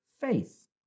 faith